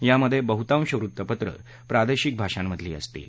यामधे बहुतांश वृत्तपत्र प्रादेशिक भाषांमधली असतील